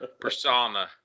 persona